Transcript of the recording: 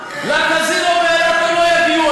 לקזינו באילת הם לא יגיעו,